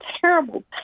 Terrible